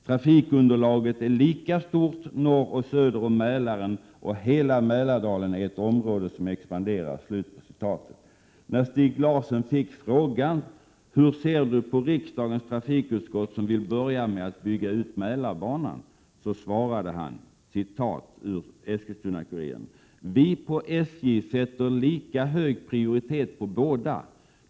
Trafikunderlaget är lika stort norr och söder om Mälaren, och hela Mälardalen är ett område som expanderar.” Stig Larsson fick frågan: ”Hur ser du då på riksdagens trafikutskott som vill börja med att bygga ut Mälarbanan?” Han svarade enligt referatet i Eskilstuna-Kuriren: ”Vi på SJ sätter lika hög prioritet på båda.